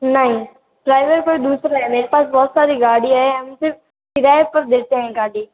नहीं ड्राइवर कोई दूसरा है मेरे पास बहुत सारी गाड़ियाँ है हम सिर्फ किराए पर देते हैं गाड़ी